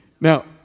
Now